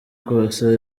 kose